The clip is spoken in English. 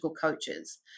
coaches